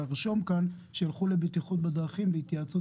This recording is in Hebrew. לרשום כאן שיילכו לבטיחות בדרכים בהתייעצות